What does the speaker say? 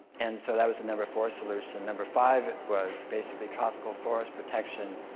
and so, that was the number four solution. number five was, basically, tropical forest protection.